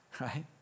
Right